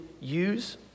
use